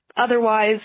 Otherwise